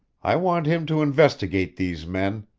i want him to investigate these men.